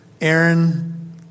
Aaron